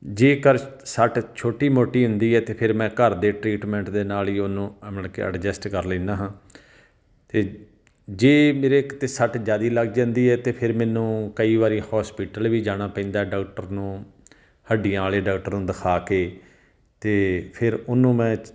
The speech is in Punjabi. ਜੇਕਰ ਸੱਟ ਛੋਟੀ ਮੋਟੀ ਹੁੰਦੀ ਹੈ ਤਾਂ ਫਿਰ ਮੈਂ ਘਰ ਦੇ ਟਰੀਟਮੈਂਟ ਦੇ ਨਾਲ ਹੀ ਉਹਨੂੰ ਅ ਮਲ ਕੇ ਐਡਜਸਟ ਕਰ ਲੈਂਦਾ ਹਾਂ ਅਤੇ ਜੇ ਮੇਰੇ ਕਿਤੇ ਸੱਟ ਜ਼ਿਆਦਾ ਲੱਗ ਜਾਂਦੀ ਹੈ ਤਾਂ ਫਿਰ ਮੈਨੂੰ ਕਈ ਵਾਰੀ ਹੋਸਪਿਟਲ ਵੀ ਜਾਣਾ ਪੈਂਦਾ ਡੌਕਟਰ ਨੂੰ ਹੱਡੀਆਂ ਵਾਲੇ ਡਾਕਟਰ ਨੂੰ ਦਿਖਾ ਕੇ ਅਤੇ ਫਿਰ ਉਹਨੂੰ ਮੈਂ